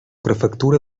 prefectura